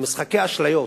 במשחקי אשליות.